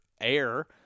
air